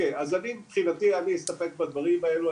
מבחינתי אני אסתפק בדברים האלו,